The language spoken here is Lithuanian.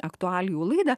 aktualijų laidą